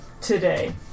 today